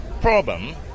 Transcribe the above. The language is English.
problem